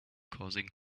causing